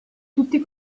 tutti